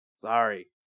Sorry